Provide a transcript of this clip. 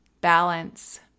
balance